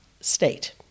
state